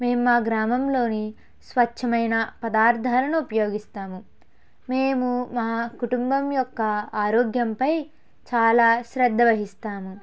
మేం మా గ్రామంలోని స్వచ్ఛమైన పదార్థాలను ఉపయోగిస్తాము మేము మా కుటుంబం యొక్క ఆరోగ్యంపై చాలా శ్రద్ధ వహిస్తాము